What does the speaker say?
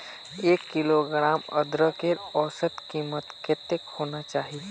एक किलोग्राम अदरकेर औसतन कीमत कतेक होना चही?